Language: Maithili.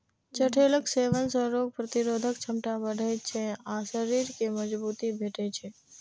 चठैलक सेवन सं रोग प्रतिरोधक क्षमता बढ़ै छै आ शरीर कें मजगूती भेटै छै